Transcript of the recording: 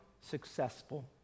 successful